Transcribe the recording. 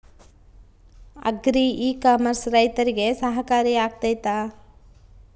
Agri e commerce ರೈತರಿಗೆ ಸಹಕಾರಿ ಆಗ್ತೈತಾ?